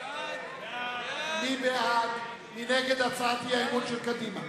מי נגד הצעת האי-אמון של קדימה?